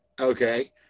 Okay